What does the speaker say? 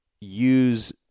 use